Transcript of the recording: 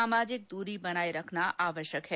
सामाजिक द्री बनाए रखना आवश्यक है